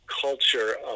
culture